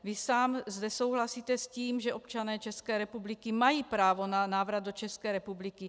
Vy sám zde souhlasíte s tím, že občané České republiky mají právo na návrat do České republiky.